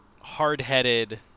hard-headed